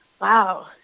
wow